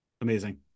Amazing